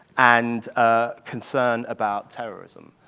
and ah concern about terrorism.